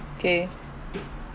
okay